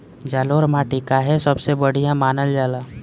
जलोड़ माटी काहे सबसे बढ़िया मानल जाला?